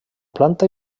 planta